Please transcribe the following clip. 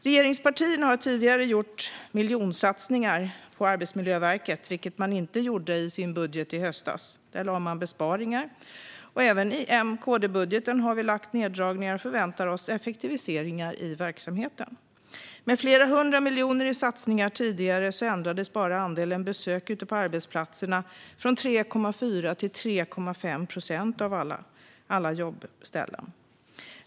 Regeringspartierna har tidigare gjort miljonsatsningar på Arbetsmiljöverket, men inte i sin budget i höstas; där gjorde man besparingar. Även i M-KD-budgeten har vi gjort neddragningar och förväntar oss effektiviseringar i verksamheten. Med flera hundra miljoner i satsningar ändrades andelen besök på arbetsplatserna bara från 3,4 till 3,5 procent av alla jobbställen.